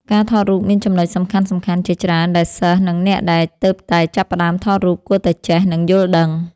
ការថតរូបមានចំណុចសំខាន់ៗ ជាច្រើនដែលសិស្ស និងអ្នកដែលទើបតែចាប់ផ្ដើមថតរូបគួរតែចេះ និងយល់ដឹង។